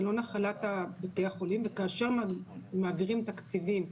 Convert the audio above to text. זה לא נחלת בתי החולים וכאשר מעבירים תקציבים,